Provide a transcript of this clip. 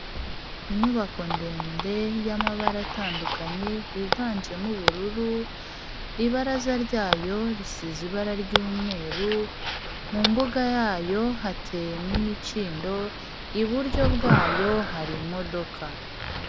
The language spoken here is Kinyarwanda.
Inyubako ndende y'amabara atandukanye higanjemo ubururu, ibaraza ryayo risize ibara ry'umweru, mu mbuga yayo hateyemo imikindo, iburyo bwayo hari imodoka.